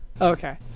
Okay